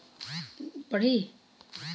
पानी क tax online कईसे जमा कईल जाला?